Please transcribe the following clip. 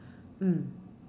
mm